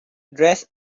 dressed